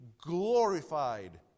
glorified